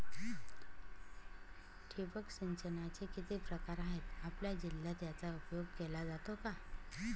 ठिबक सिंचनाचे किती प्रकार आहेत? आपल्या जिल्ह्यात याचा उपयोग केला जातो का?